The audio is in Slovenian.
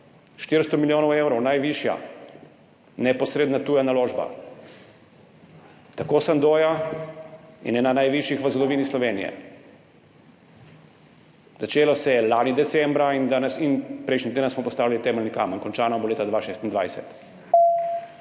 400 milijonov evrov, najvišja neposredna tuja naložba tako Sandoza kot tudi ena najvišjih v zgodovini Slovenije. Začela se je lani decembra in prejšnji teden smo postavili temeljni kamen, končana bo leta 2026.